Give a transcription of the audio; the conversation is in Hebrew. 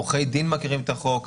עורכי הדין מכירים את החוק,